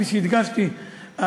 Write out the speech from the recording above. כפי שהדגשתי,